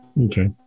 Okay